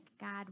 God